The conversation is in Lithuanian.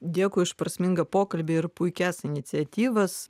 dėkui už prasmingą pokalbį ir puikias iniciatyvas